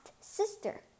sister